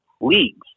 leagues